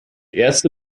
erste